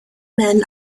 men